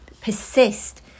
Persist